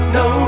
no